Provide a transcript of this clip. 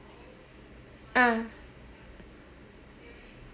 ah